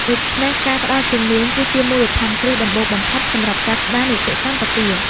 ដូច្នេះ ការផ្តល់ជំនាញគឺជាមូលដ្ឋានគ្រឹះដំបូងបំផុតសម្រាប់ការស្តារនីតិសម្បទា។